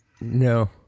No